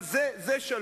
אז זה שלום,